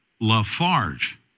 Lafarge